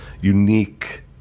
unique